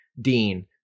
Dean –